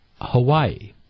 Hawaii